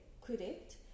correct